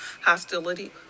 hostility